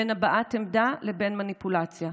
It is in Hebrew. בין הבעת עמדה לבין מניפולציה.